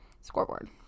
scoreboard